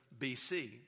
BC